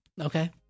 okay